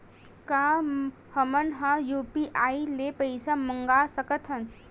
का हमन ह यू.पी.आई ले पईसा मंगा सकत हन?